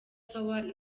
tour